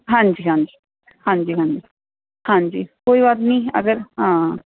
ਹਾਂਜੀ ਹਾਂਜੀ ਹਾਂਜੀ ਹਾਂਜੀ ਹਾਂਜੀ ਕੋਈ ਬਾਤ ਨਹੀਂ ਅਗਰ ਹਾਂ